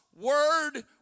word